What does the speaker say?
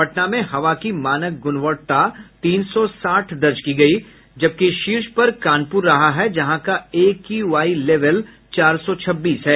पटना में हवा की मानक गुणवत्ता तीन सौ साठ दर्ज की गयी है जबकि शीर्ष पर कानपुर रहा है जहां का एक्यूआई लेवल चार सौ छब्बीस है